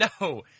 No